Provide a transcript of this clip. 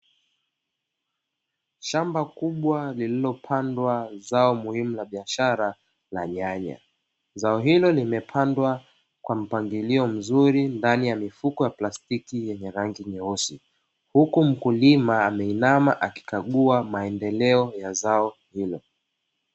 Shamba kubwa lililo pandwa zao muhimu la biashara la nyanya, zao hilo limepandwa kwa mpangilio mzuri ndani ya mifuko ya plastiki yenye rangi nyeusi, huku mkulima ameinama akikagua maendeleo ya zao hilo.